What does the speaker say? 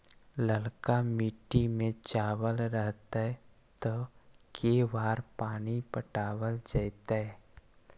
ललका मिट्टी में चावल रहतै त के बार पानी पटावल जेतै?